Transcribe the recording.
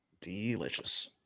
Delicious